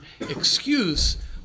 excuse